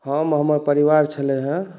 हम आओर हमर परिवार छलै हँ